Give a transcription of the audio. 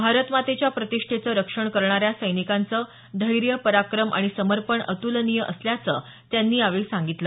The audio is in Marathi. भारत मातेच्या प्रतिष्ठेचं रक्षण करणाऱ्या सैनिकांचं धैर्य पराक्रम आणि समर्पण अत्लनीय असल्याचं त्यांनी यावेळी सांगितलं